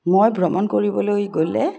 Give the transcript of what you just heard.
মই ভ্ৰমণ কৰিবলৈ গ'লে